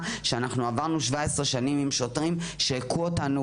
שאנחנו עברנו 17 שנים עם שוטרים שהיכו אותנו